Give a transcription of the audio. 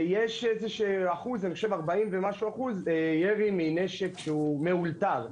ויש 40% ומשהו ירי מנשק מאולתר.